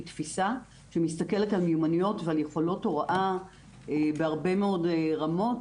תפיסה שמסתכלת על מיומנויות ועל יכולות הוראה בהרבה מאוד רמות,